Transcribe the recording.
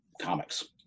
comics